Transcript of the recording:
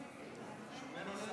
אם כך,